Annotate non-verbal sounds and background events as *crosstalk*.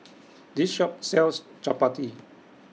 *noise* This Shop sells Chapati